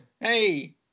Hey